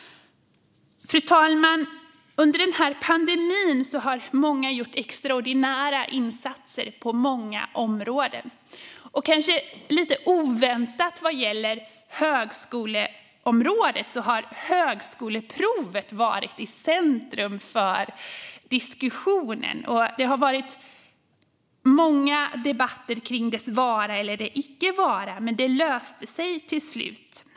Fru talman! Under denna pandemi har många gjort extraordinära insatser på många områden. På högskoleområdet har högskoleprovet, kanske lite oväntat, varit i centrum för diskussionen. Det har varit många debatter om dess vara eller icke vara, men det löste sig till slut.